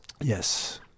yes